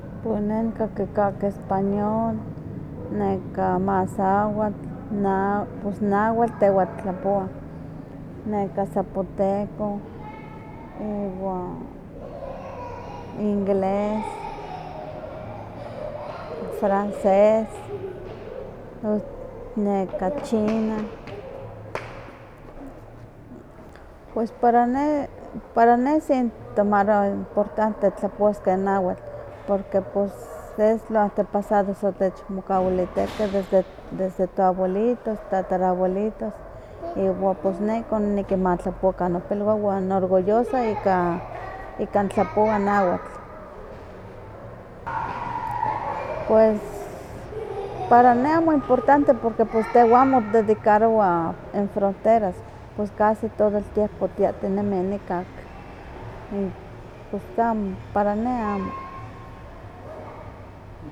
Pone nikaki ka español, mazahua, pus nahuatl tehwa titlapowah, neka zapoteco, iwa inglés, francés, neka china. Pues para ne para ne si nitomarowa importante nitlapowas ka nawatl, porque es lo antepasdos otechmokawilihtehkeh, desde to abuelitos, tatarabuelitos, iwa pues ne ihkon nihneki ma tlapowakan nopilwah, wan orgullosa ika ika nitlapowa nahuatl. pues para ne muy importente porque pues tehwa amo otikdedicarowa n fronteras, pues casi todo el tiempo tiahtinemih nikan, in pues ke amo para ne amo.